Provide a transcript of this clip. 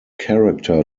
character